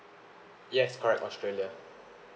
yes correct australia